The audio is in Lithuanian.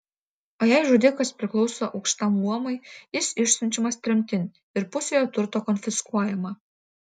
o jei žudikas priklauso aukštam luomui jis išsiunčiamas tremtin ir pusė jo turto konfiskuojama